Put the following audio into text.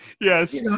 Yes